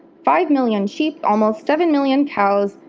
five million sheep, almost seven million cows,